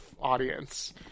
audience